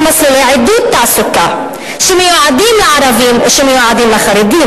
במסלולי עידוד תעסוקה שמיועדים לערבים או שמיועדים לחרדים,